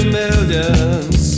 millions